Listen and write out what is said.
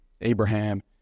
Abraham